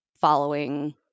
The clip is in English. following